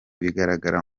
bigaragara